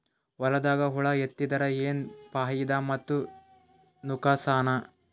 ಹೊಲದಾಗ ಹುಳ ಎತ್ತಿದರ ಏನ್ ಫಾಯಿದಾ ಮತ್ತು ನುಕಸಾನ?